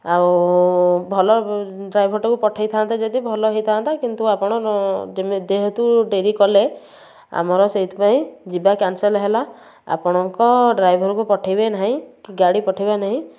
ଆଉ ଭଲ ଡ୍ରାଇଭର ଟାକୁ ପଠାଇଥାନ୍ତେ ଯଦି ଭଲ ହେଇଥାନ୍ତା କିନ୍ତୁ ଆପଣ ଯେହେତୁ ଡେରି କଲେ ଆମର ସେଇଥିପାଇଁ ଯିବା କ୍ୟାନସଲ୍ ହେଲା ଆପଣଙ୍କ ଡ୍ରାଇଭରକୁ ପଠାଇବେ ନାହିଁ କି ଗାଡ଼ି ପଠାଇବେ ନାହିଁ